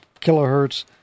kilohertz